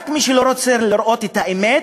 רק מי שלא רוצה לראות את האמת,